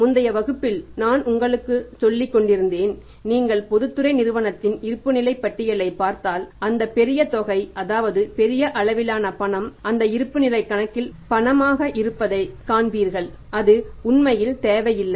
முந்தைய வகுப்பில் நான் உங்களுக்குச் சொல்லிக்கொண்டிருந்தேன் நீங்கள் பொதுத்துறை நிறுவனத்தின் இருப்புநிலைப் பட்டியலைப் பார்த்தால் அந்த பெரிய தொகை அதாவது பெரிய அளவிலான பணம் அந்த இருப்புநிலைக் கணக்கில் பணமாக இருப்பதை காண்பீர்கள் அது உண்மையில் தேவையில்லை